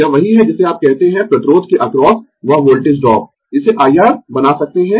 यह वही है जिसे आप कहते है प्रतिरोध के अक्रॉस वह वोल्टेज ड्रॉप इसे I R बना सकते है